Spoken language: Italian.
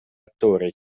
attore